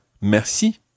merci